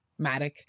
Matic